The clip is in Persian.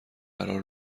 قرار